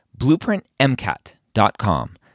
BlueprintMCAT.com